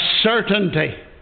certainty